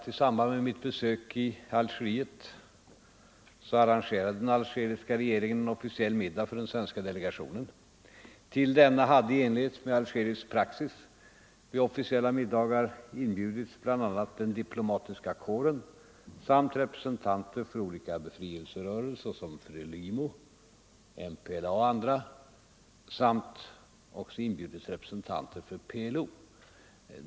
I samband med mitt besök i Algeriet arrangerade algeriska regeringen en officiell middag för den svenska delegationen. Till denna hade i enlighet med algerisk praxis vid officiella middagar inbjudits bl.a. den diplomatiska kåren samt representanter för olika befrielserörelser som FRELIMO, MPLA och andra samt också representanter för PLO.